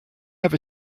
have